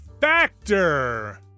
Factor